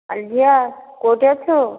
ଆର୍ଯ୍ୟା କେଉଁଠି ଅଛୁ